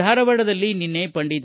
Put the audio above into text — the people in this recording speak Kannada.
ಧಾರವಾಡದಲ್ಲಿ ನಿನ್ನೆ ಪಂ